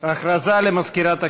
הודעה למזכירת הכנסת.